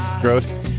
gross